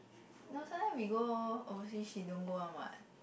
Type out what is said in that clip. no sometime we go oversea she don't go one what